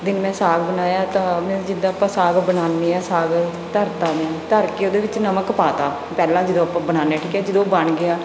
ਦਿਨ ਮੇਂ ਸਾਗ ਬਣਾਇਆ ਤਾਂ ਮੈਂ ਜਿੱਦਾਂ ਆਪਾਂ ਸਾਗ ਬਣਾਉਂਦੇ ਹਾਂ ਸਾਗ ਧਰਤਾ ਮੈਂ ਧਰ ਕੇ ਉਹਦੇ ਵਿੱਚ ਨਮਕ ਪਾ ਦਿੱਤਾ ਪਹਿਲਾਂ ਜਦੋਂ ਆਪਾਂ ਬਣਾਉਂਦੇ ਠੀਕ ਹੈ ਜਦੋਂ ਬਣ ਗਿਆ